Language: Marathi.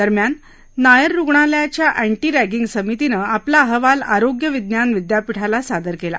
दरम्यान नायर रुग्णालयाच्या अँटी राणि समितीनं आपला अहवाल आरोग्य विज्ञान विद्यापीठाला सादर केला